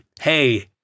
Hey